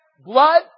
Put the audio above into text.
blood